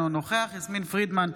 אינו נוכח יסמין פרידמן,